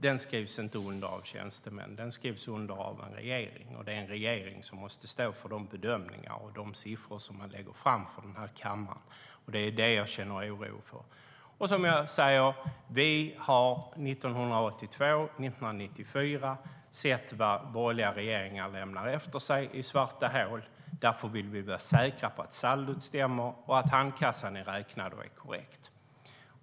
Den skrivs inte under av tjänstemän, utan den skrivs under av en regering, och det är en regering som måste står för de bedömningar och de siffror som man lägger fram för den här kammaren. Det är det jag känner oro för. Som jag sade: Vi har 1982 och 1994 sett vad borgerliga regeringar lämnar efter sig i svarta hål. Därför vill vi vara säkra på att saldot stämmer och att handkassan är räknad och är korrekt.